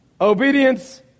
obedience